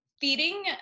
feeding